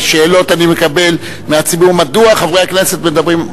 ושאלות אני מקבל מהציבור: מדוע חברי הכנסת מדברים?